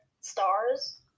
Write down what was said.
stars